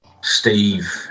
Steve